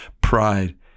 pride